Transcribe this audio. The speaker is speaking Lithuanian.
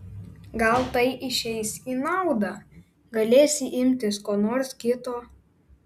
gal tai išeis į naudą galėsi imtis ko nors kito